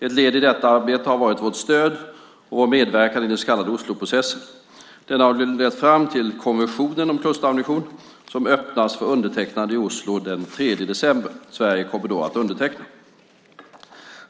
Ett led i detta arbete har varit vårt stöd och vår medverkan i den så kallade Osloprocessen. Denna har nu lett fram till konventionen om klusterammunition som öppnas för undertecknande i Oslo den 3 december. Sverige kommer då att underteckna.